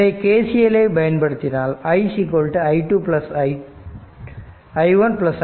எனவே KCL ஐ பயன்படுத்தினால்i i1 i2